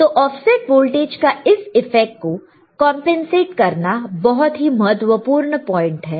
तो offset voltage का इस इफ़ेक्ट को कंपनसेट करना बहुत ही महत्वपूर्ण पॉइंट है